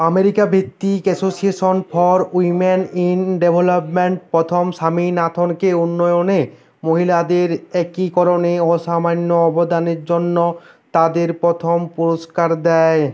America ভিত্তিক association for women in development প্রথম স্বামীনাথনকে উন্নয়নে মহিলাদের একীকরণে অসামান্য অবদানের জন্য তাদের প্রথম পুরস্কার দেয়